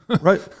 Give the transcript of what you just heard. Right